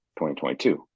2022